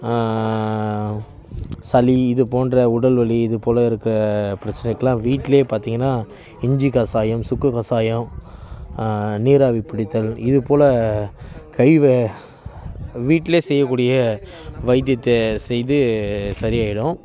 சளி இது போன்ற உடல்வலி இது போல் இருக்கிற பிரச்சனைக்கெலாம் வீட்டிலே பார்த்திங்கனா இஞ்சி கசாயம் சுக்கு கசாயம் நீராவி பிடித்தல் இதுபோல் கை வ வீட்டிலே செய்ய கூடிய வைத்தியத்தை செய்து சரியாகிடும்